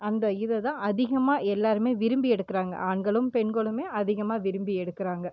அந்த இதை தான் அதிகமாக எல்லாருமே விரும்பி எடுக்கிறாங்க ஆண்களும் பெண்களுமே அதிகமாக விரும்பி எடுக்கிறாங்க